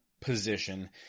position